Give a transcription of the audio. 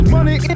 Money